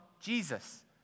Jesus